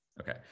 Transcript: Okay